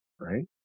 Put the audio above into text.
right